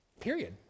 Period